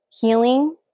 healing